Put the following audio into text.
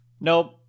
Nope